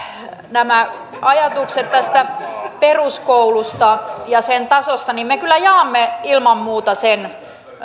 nämä ajatukset tästä peruskoulusta ja sen tasosta me kyllä jaamme ilman muuta sen